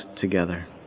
together